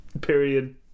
period